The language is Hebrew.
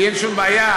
לי אין שום בעיה.